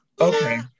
Okay